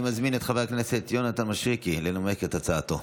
אני מזמין את חבר הכנסת יונתן מישרקי לנמק את הצעתו.